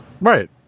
Right